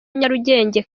nyarugenge